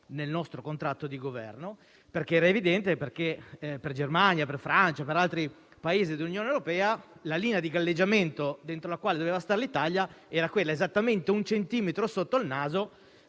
nel nostro contratto di Governo. Era evidente infatti che per la Germania, la Francia e per altri Paesi dell'Unione europea la linea di galleggiamento entro la quale doveva stare l'Italia era posizionata esattamente un centimetro sotto il nostro